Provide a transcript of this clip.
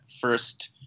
first